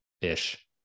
ish